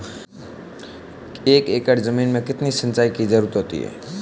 एक एकड़ ज़मीन में कितनी सिंचाई की ज़रुरत होती है?